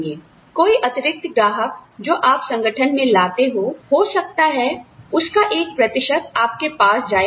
कोई अतिरिक्त ग्राहक जो आप संगठन में लाते हो हो सकता है उसका एक प्रतिशत आपके पास जाए